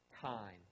time